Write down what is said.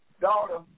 daughter